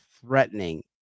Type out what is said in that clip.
threatening